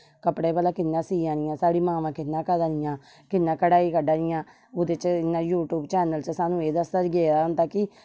कपडे़ भला कियां सिआ दी साढ़ी ममां कियां करा दिया कियां कढाई कढा दियां ओहदे च ना यूट्यूब चैनल सानू एह् दस्सेआ गेदा होंदा कि